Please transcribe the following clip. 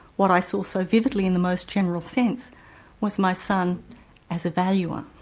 what i saw so vividly in the most general sense was my son as a valuer.